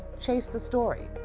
chase the story.